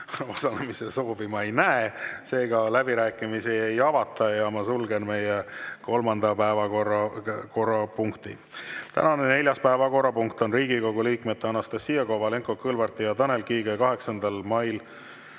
osalemise soovi ma ei näe, seega läbirääkimisi ei avata. Ma sulgen meie kolmanda päevakorrapunkti. Tänane neljas päevakorrapunkt on Riigikogu liikmete Anastassia Kovalenko-Kõlvarti ja Tanel Kiige 8. mail